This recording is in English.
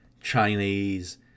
Chinese